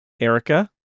erica